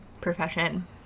profession